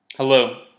Hello